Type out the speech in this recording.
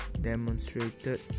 demonstrated